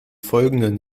folgenden